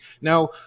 Now